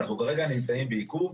אנחנו כרגע נמצאים בעיכוב,